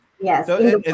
Yes